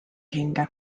hinge